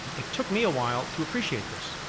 it took me a while to appreciate this.